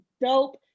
dope